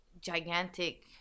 gigantic